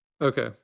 okay